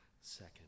second